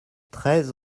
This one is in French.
treize